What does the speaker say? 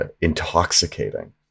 intoxicating